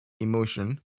emotion